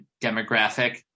demographic